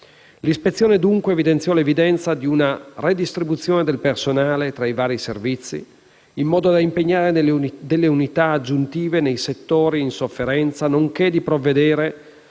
L'ispezione, dunque, evidenziò l'esigenza di una redistribuzione del personale tra i vari servizi, in modo da impegnare unità aggiuntive nei settori in sofferenza, nonché di provvedere